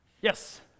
Yes